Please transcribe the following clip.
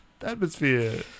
Atmosphere